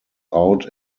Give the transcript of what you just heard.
out